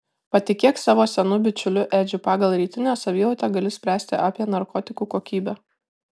patikėk savo senu bičiuliu edžiu pagal rytinę savijautą gali spręsti apie narkotikų kokybę